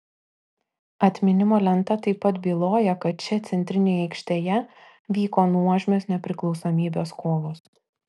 atminimo lenta taip pat byloja kad čia centrinėje aikštėje vyko nuožmios nepriklausomybės kovos